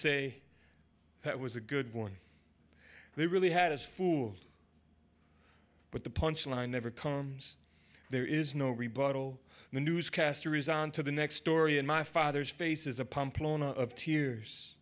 say that was a good one they really had us fool but the punchline never comes there is no rebuttal the newscaster is on to the next story in my father's face is a pump lona of tears